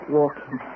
walking